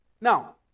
Now